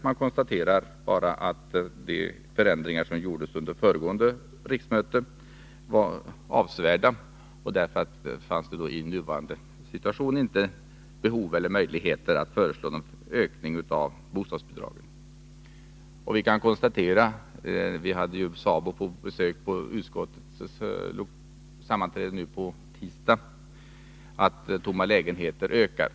Man konstaterar bara att de förändringar som gjordes under föregående riksmöte var avsevärda och att det i nuvarande situation inte finns möjlighet att föreslå någon ökning av bostadsbidragen. Vi hade besök av företrädare för SABO vid utskottets sammanträde i tisdags och fick då veta att antalet tomma lägenheter ökar.